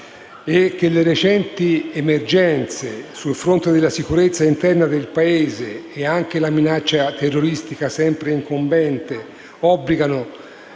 le recenti emergenze sul fronte della sicurezza interna del Paese, e anche la minaccia terroristica sempre incombente obbligano